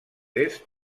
est